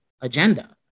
agenda